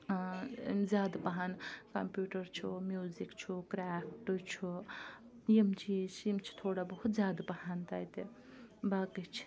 زیادٕ پَہَم کَمپیوٗٹر چھُ میوٗزِک چھُ کرٛیفٹ چھُ یِم چیٖز چھِ یِم چھِ تھوڑا بہت زیادٕ پَہَم تَتہِ باقٕے چھِ